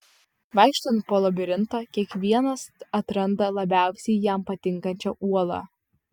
vaikštant po labirintą kiekvienas atranda labiausiai jam patinkančią uolą